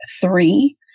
three